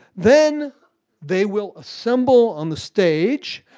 then they will assemble on the stage.